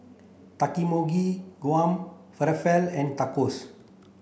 Takikomi Gohan Falafel and Tacos